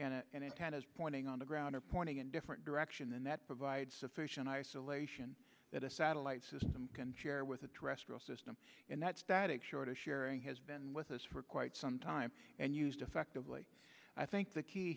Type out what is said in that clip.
satellite and antennas pointing on the ground or pointing in different direction than that provides sufficient isolation that a satellite system can share with a terrestrial system and that static short of sharing has been with us for quite some time and used effectively i think the key